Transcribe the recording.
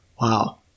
wow